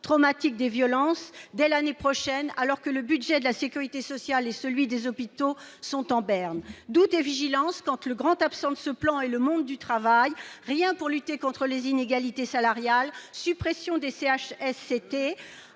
psychotraumatique des victimes dès l'année prochaine, alors que le budget de la sécurité sociale et celui des hôpitaux sont en berne. Doute et vigilance quand le grand absent de ce plan est le monde du travail : rien pour lutter contre les inégalités salariales, suppression des CHSCT